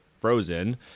frozen